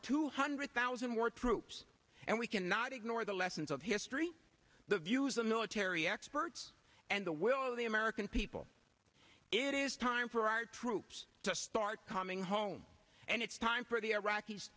two hundred thousand more troops and we cannot ignore the lessons of history the views of military experts and the will of the american people it is time for our troops to start coming home and it's time for the iraqis